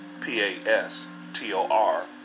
P-A-S-T-O-R